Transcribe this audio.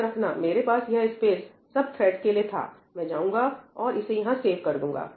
याद रखना मेरे पास यह स्पेस सब थ्रेड के लिए था मैं जाऊंगा और इसे यहां सेव कर दूंगा